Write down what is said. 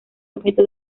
objeto